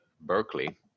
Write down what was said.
Berkeley